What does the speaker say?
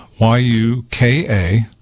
Y-U-K-A